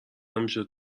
همیشه